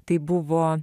tai buvo